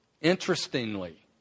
Interestingly